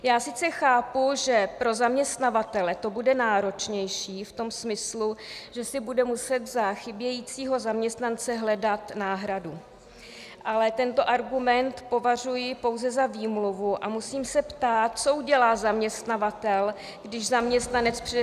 Já sice chápu, že pro zaměstnavatele to bude náročnější v tom smyslu, že si bude muset za chybějícího zaměstnance hledat náhradu, ale tento argument považuji pouze za výmluvu a musím se ptát, co udělá zaměstnavatel, když zaměstnanec přinese neschopenku.